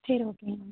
சரி ஓகேங்க மேம்